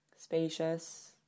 Spacious